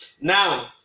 Now